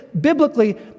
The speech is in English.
biblically